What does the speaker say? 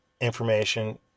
information